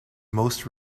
most